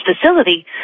facility